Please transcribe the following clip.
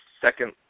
second